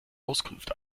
auskunft